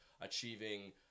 achieving